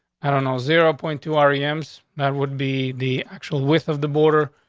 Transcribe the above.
i don't know, zero point two ari ems. that would be the actual with of the border.